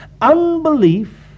Unbelief